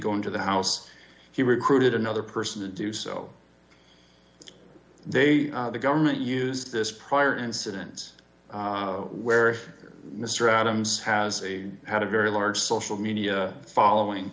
go into the house he recruited another person to do so they the government used this prior incidents where mr adams has a had a very large social media following